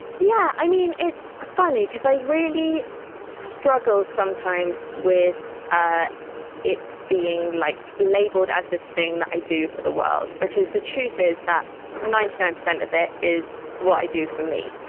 yeah. i mean, it's ah funny because i really struggle sometimes with ah it it being like labeled as this thing that i do for the world, because the truth is that ninety nine percent of it is what i do for me.